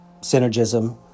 synergism